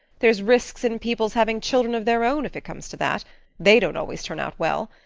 there's risks in people's having children of their own if it comes to that they don't always turn out well.